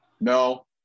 No